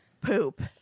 poop